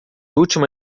última